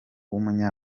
w’umunya